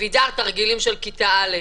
שאבידר תרגילים של כיתה א'.